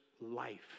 life